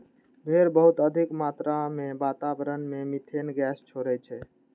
भेड़ बहुत अधिक मात्रा मे वातावरण मे मिथेन गैस छोड़ै छै